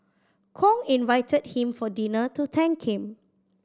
Kong invited him for dinner to thank him